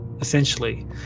essentially